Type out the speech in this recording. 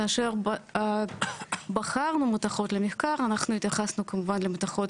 כאשר בחרנו מתכות למחקר אנחנו התייחסנו כמובן למתכון